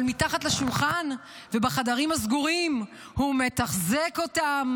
אבל מתחת לשולחן ובחדרים הסגורים הוא מתחזק אותם,